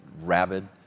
rabid